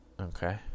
okay